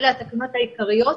אלה התקנות העיקריות